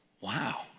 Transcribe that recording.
Wow